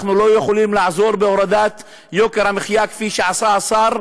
אנחנו לא יכולים לעזור בהורדת יוקר המחיה כפי שעשה השר,